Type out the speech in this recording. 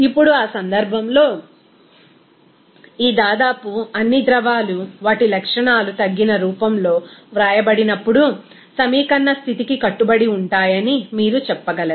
ఇప్పుడు ఆ సందర్భంలో ఈ దాదాపు అన్ని ద్రవాలు వాటి లక్షణాలు తగ్గిన రూపంలో వ్రాయబడినప్పుడు సమీకరణ స్థితి కి కట్టుబడి ఉంటాయని మీరు చెప్పగలరు